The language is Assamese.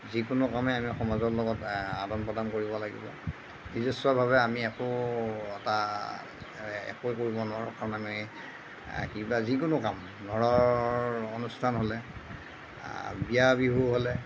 যিকোনো কামে আমি সমাজৰ লগত আদান প্ৰদান কৰিব লাগিব নিজস্বভাৱে আমি একো এটা একোৱেই কৰিব নোৱাৰোঁ কাৰণ আমি কিবা যিকোনো কাম ঘৰৰ অনুষ্ঠান হ'লে বিয়া বিহু হ'লে